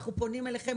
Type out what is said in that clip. אנחנו פונים אליכם,